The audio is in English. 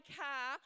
car